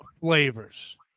flavors